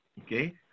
Okay